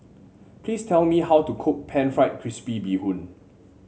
please tell me how to cook pan fried crispy Bee Hoon